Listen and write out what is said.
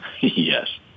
Yes